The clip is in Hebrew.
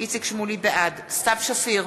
בעד סתיו שפיר,